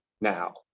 now